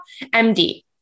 MD